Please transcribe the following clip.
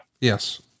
Yes